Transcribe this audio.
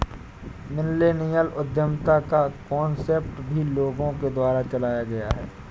millennial उद्यमिता का concept भी लोगों के द्वारा चलाया गया है